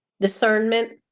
discernment